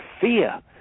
fear